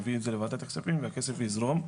יביא את זה לוועדת הכספים והכסף יזרום.